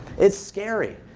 it's scary.